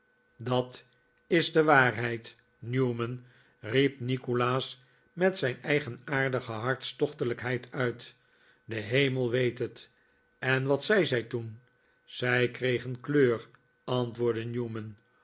dat is de waarheid newman riep nikolaas met zijn eigenaardige hartstochtelijkheid uit de hemel weet het en wat zei zij toen zij kreeg een kleur antwoordde newman